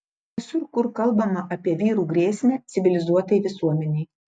visur kur kalbama apie vyrų grėsmę civilizuotai visuomenei